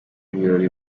birori